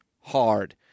hard